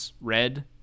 red